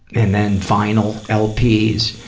and then vinyl lps,